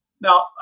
Now